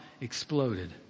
exploded